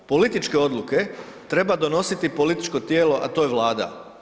Političke odluke treba donositi političko tijelo, a to je Vlada.